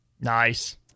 Nice